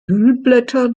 hüllblätter